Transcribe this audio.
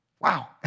Wow